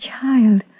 child